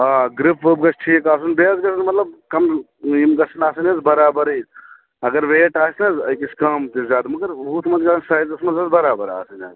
آ گرِپ وِپ گژھِ ٹھیٖک آسُن بیٚیہِ حظ گژھَن مطلب کم یِم گژھَن آسٕنۍ حظ برابرٕے اگر ویٹ آسہِ نہٕ حظ أکِس کم تہِ زیادٕ مگر ہُتھ منٛز گژھِ حظ سایزَس منٛز برابر آسٕنۍ حظ